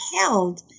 held